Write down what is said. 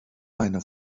eine